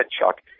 Chuck